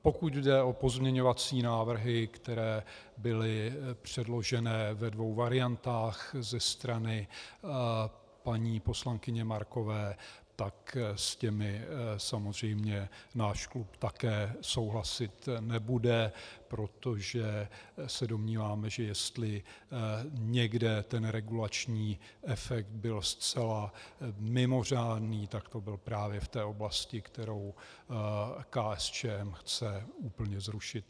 Pokud jde o pozměňovací návrhy, které byly předloženy ve dvou variantách ze strany paní poslankyně Markové, tak s těmi samozřejmě náš klub také souhlasit nebude, protože se domníváme, že jestli někde ten regulační efekt byl zcela mimořádný, tak to bylo právě v té oblasti, kterou KSČM chce úplně zrušit.